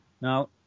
now